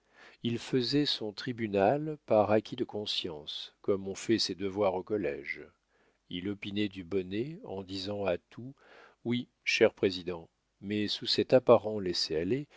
il faisait son tribunal par acquit de conscience comme on fait ses devoirs au collége il opinait du bonnet en disant à tout oui cher président mais sous cet apparent laissez-aller